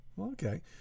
Okay